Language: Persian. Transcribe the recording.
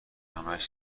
همش